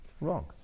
wrong